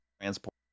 transport